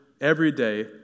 everyday